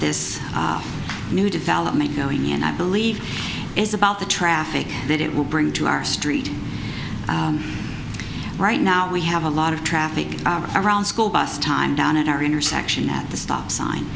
this new development and i believe is about the traffic that it will bring to our street right now we have a lot of traffic around school bus time down at our intersection at stop sign